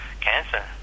cancer